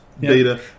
Data